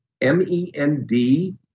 M-E-N-D